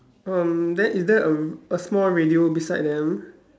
um then is there a a small radio beside them